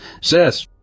Sis